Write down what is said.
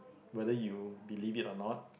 whether you believe it or not